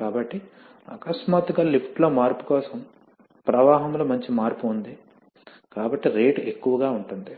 కాబట్టి అకస్మాత్తుగా లిఫ్ట్లో మార్పు కోసం ప్రవాహంలో మంచి మార్పు ఉంది కాబట్టి రేటు ఎక్కువగా ఉంటుంది